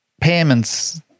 payments